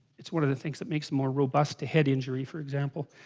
it's one of the things that makes more robust to head injury for example